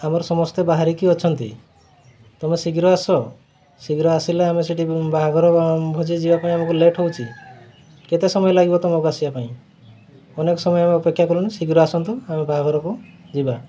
ଆମର ସମସ୍ତେ ବାହାରିକି ଅଛନ୍ତି ତମେ ଶୀଘ୍ର ଆସ ଶୀଘ୍ର ଆସିଲେ ଆମେ ସେଠି ବାହାଘର ଭୋଜି ଯିବା ପାଇଁ ଆମକୁ ଲେଟ୍ ହେଉଛି କେତେ ସମୟ ଲାଗିବ ତମକୁ ଆସିବା ପାଇଁ ଅନେକ ସମୟ ଆମେ ଅପେକ୍ଷା କରୁନି ଶୀଘ୍ର ଆସନ୍ତୁ ଆମେ ବାହାଘରକୁ ଯିବା